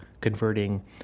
converting